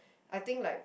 I think like